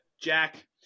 Jack